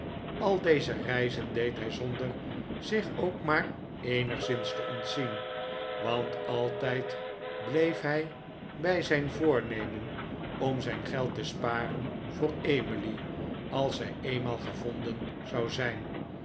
al deze reizen deed hij zonder zich ook maar eenigszins te ontzien want altijd bleef hij bij zijn voornemen om zijn geld te sparen voor emily als zij eenmaal gevonden zou zijn